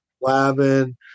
Lavin